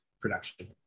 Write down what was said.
production